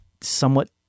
somewhat